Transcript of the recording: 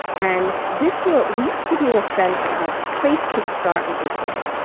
and this will at least give you a sense of a place to start with your kid,